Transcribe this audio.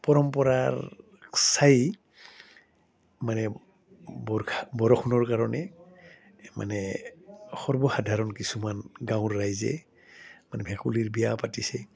পৰম্পৰাৰ চাই মানে বৰ্ষা বৰষুণৰ কাৰণে মানে সৰ্বসাধাৰণ কিছুমান গাঁৱৰ ৰাইজে মানে ভোকুলীৰ বিয়া পাতিছে